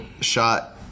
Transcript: shot